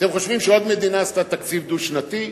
אתם חושבים שעוד מדינה עשתה תקציב דו-שנתי?